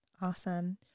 Awesome